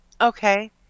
Okay